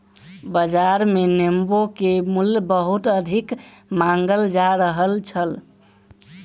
बाजार मे नेबो के मूल्य बहुत अधिक मांगल जा रहल छल